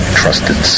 trusted